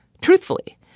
truthfully